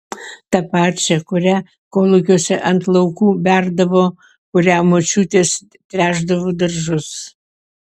tą pačią kurią kolūkiuose ant laukų berdavo kuria močiutės tręšdavo daržus